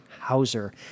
Hauser